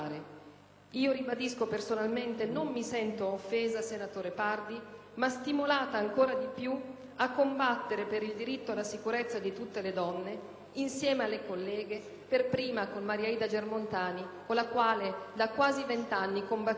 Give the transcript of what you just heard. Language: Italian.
Ribadisco: personalmente non mi sento offesa, senatore Pardi, ma mi sento stimolata ancora di più a combattere per il diritto alla sicurezza di tutte le donne, insieme alle colleghe, per prima Maria Ida Germontani, con la quale, da quasi vent'anni, combatto le